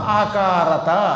akarata